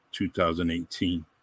2018